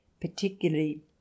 particularly